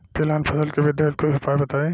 तिलहन फसल के वृद्धि हेतु कुछ उपाय बताई?